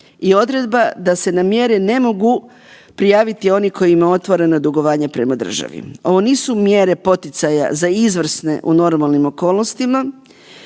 i odredba da se na mjere ne mogu prijaviti oni koji imaju otvorena dugovanja prema državi. Ovo nisu mjere poticaja za izvrsne u normalnim okolnostima